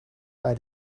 bij